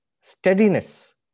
steadiness